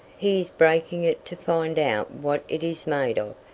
he is breaking it to find out what it is made of.